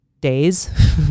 days